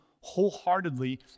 wholeheartedly